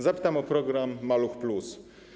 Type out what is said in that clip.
Zapytam o program ˝Maluch+˝